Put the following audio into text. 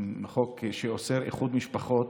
חוק שאוסר איחוד משפחות,